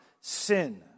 sin